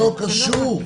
לא קשור.